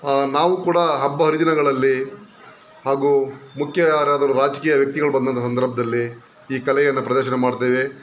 ನಾವು ಕೂಡ ಹಬ್ಬ ಹರಿದಿನಗಳಲ್ಲಿ ಹಾಗೂ ಮುಖ್ಯ ಯಾರಾದರೂ ರಾಜಕೀಯ ವ್ಯಕ್ತಿಗಳು ಬಂದಂಥ ಸಂದರ್ಭದಲ್ಲಿ ಈ ಕಲೆಯನ್ನು ಪ್ರದರ್ಶನ ಮಾಡ್ತೇವೆ